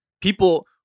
people